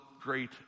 great